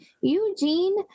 Eugene